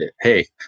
hey